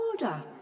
order